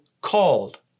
called